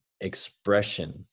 expression